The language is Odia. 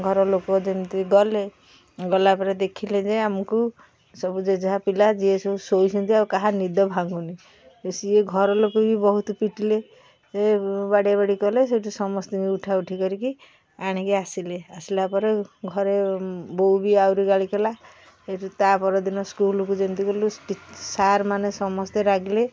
ଘର ଲୋକ ଯେମିତି ଗଲେ ଗଲା ପରେ ଦେଖିଲେ ଯେ ଆମକୁ ସବୁ ଯେ ଯାହା ପିଲା ଯିଏ ସବୁ ଶୋଇଛନ୍ତି ଆଉ କାହା ନିଦ ଭାଙ୍ଗୁନି ସିଏ ଘର ଲୋକ ବି ବହୁତ ପିଟିଲେ ସେ ବାଡ଼ିଆ ବାଡ଼ି କଲେ ସେଠୁ ସମସ୍ତଙ୍କୁ ଉଠାଉଠି କରିକି ଆଣିକି ଆସିଲେ ଆସିଲା ପରେ ଘରେ ବୋଉ ବି ଆହୁରି ଗାଳି କଲା ସେଇଠୁ ତା ପରଦିନ ସ୍କୁଲକୁ ଯେମିତି ଗଲୁ ସାର୍ମାନେ ସମସ୍ତେ ରାଗିଲେ